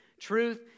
truth